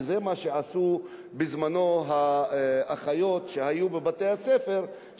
וזה מה שעשו בזמנן האחיות שהיו בבתי-הספר,